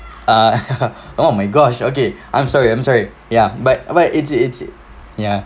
uh oh my gosh okay I'm sorry I'm sorry ya but but it's it's ya